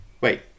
Wait